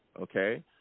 okay